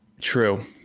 True